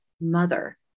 mother